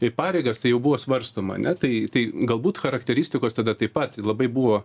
į pareigas tai jau buvo svarstoma ne tai tai galbūt charakteristikos tada taip pat labai buvo